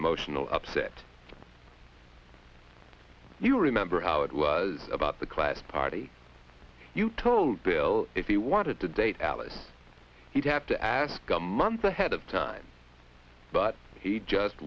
emotional upset you remember how it was about the class party you told bill if he wanted to date alice he'd have to ask a month ahead of time but he just